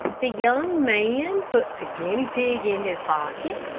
the young man put the guinea pig in his pocket,